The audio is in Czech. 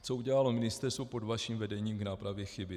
Co udělalo ministerstvo pod vaším vedením k nápravě chyby?